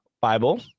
Bible